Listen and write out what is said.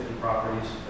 properties